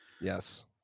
Yes